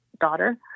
daughter